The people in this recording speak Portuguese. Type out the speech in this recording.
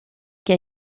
que